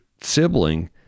sibling